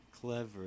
Clever